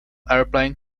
airplane